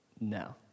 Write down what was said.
No